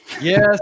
Yes